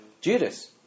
Judas